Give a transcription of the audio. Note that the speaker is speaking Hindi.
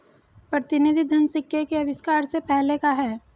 प्रतिनिधि धन सिक्के के आविष्कार से पहले का है